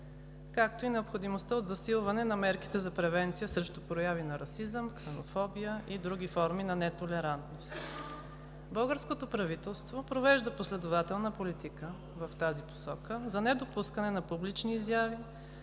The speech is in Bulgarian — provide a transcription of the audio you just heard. както и необходимостта от засилване на мерките за превенция срещу прояви на расизъм, ксенофобия и други форми на нетолерантност. Българското правителство провежда последователна политика в тази посока за недопускане на публични изяви,